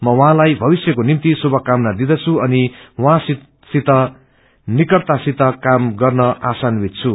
म उहाँलाई भविष्यको निभित शुभकामना दिंदछृ अनि आशान्वित निकटता सित काम गर्न आशान्वित छु